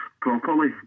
properly